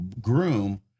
groom